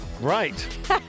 Right